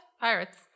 Pirates